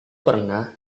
pernah